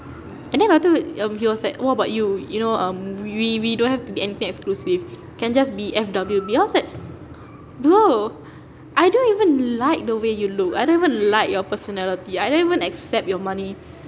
and then lepas tu um he was like what about you you know um we we don't have to be anything exclusive can just be F_W_B then I was like bro I don't even like the way you look I don't even like your personality I don't even accept your money